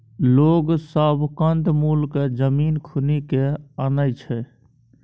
लोग सब कंद मूल केँ जमीन खुनि केँ आनय छै